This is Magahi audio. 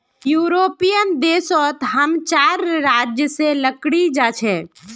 यूरोपियन देश सोत हम चार राज्य से लकड़ी जा छे